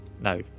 No